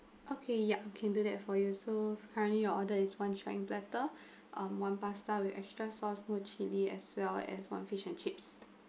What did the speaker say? okay yup can do that for you so currently your order is one sharing platter um on one pasta with extra sauce no chili as well as one fish and chips